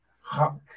Huck